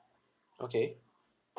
okay